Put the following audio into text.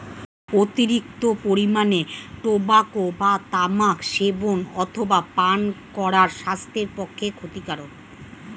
অতিরিক্ত পরিমাণে টোবাকো বা তামাক সেবন অথবা পান করা স্বাস্থ্যের পক্ষে ক্ষতিকারক